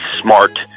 smart